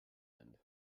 end